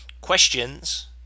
questions